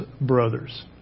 brothers